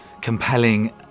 compelling